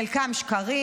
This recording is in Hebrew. חלקה שקרים.